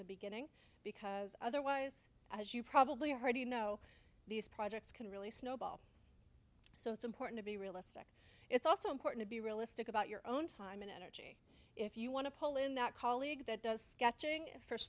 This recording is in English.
the beginning because otherwise as you probably already know these projects can really snowball so it's important to be realistic it's also important to be realistic about your own time and energy if you want to pull in that colleague that does sketching f